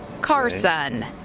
Carson